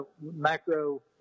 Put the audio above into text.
macro